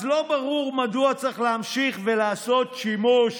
אז לא ברור מדוע צריך להמשיך ולעשות שימוש